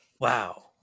wow